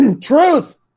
truth